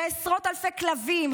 ועשרות אלפי כלבים,